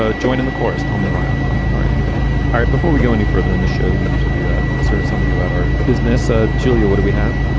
ah join in the chorus. tell me why i'm wrong. all right. moving on. all right. before we go any further in the show, we usually ah insert something about our business. ah julia, what do we have?